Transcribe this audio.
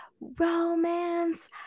romance